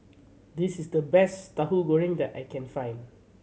this is the best Tahu Goreng that I can find